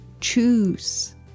choose